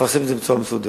נפרסם את זה בצורה מסודרת.